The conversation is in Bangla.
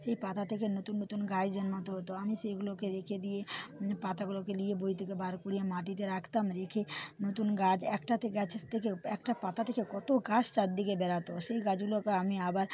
সেই পাতা থেকে নতুন নতুন গাছ জন্ম হতো হতো আমি সেগুলোকে রেখে দিয়ে পাতাগুলকে নিয়ে বই থেকে বার করে মাটিতে রাখতাম রেখে নতুন গাছ একটাতে গাছের থেকেও একটা পাতা থেকেও কত গাছ চার দিকে বেরাতো সেই গাছগুলোকে আমি আবার